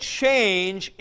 change